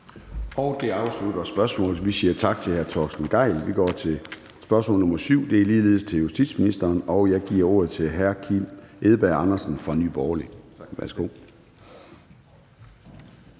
Det afslutter spørgsmålet. Vi siger tak til hr. Torsten Gejl. Så går vi til spørgsmål nr. 7, og det er ligeledes til justitsministeren, og spørgeren er hr. Kim Edberg Andersen fra Nye Borgerlige. Kl.